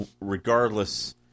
regardless